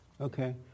Okay